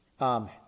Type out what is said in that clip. Amen